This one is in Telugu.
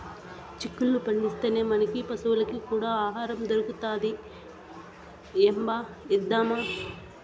చిక్కుళ్ళు పండిస్తే, మనకీ పశులకీ కూడా ఆహారం దొరుకుతది ఏంబా ఏద్దామా